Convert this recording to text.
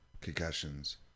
concussions